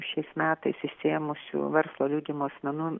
šiais metais išsiėmusių verslo liudijimus asmenų